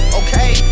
okay